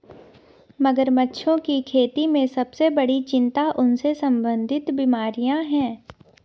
मगरमच्छों की खेती में सबसे बड़ी चिंता उनसे संबंधित बीमारियां हैं?